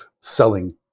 selling